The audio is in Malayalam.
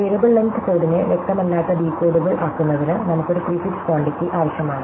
വേരിയബിൾ ലെങ്ത് കോഡിനെ വ്യക്തമല്ലാത്ത ഡീകോഡബിൾ ആക്കുന്നതിന് നമുക്ക് ഒരു പ്രിഫിക്സ് ക്വാണ്ടിറ്റി ആവശ്യമാണ്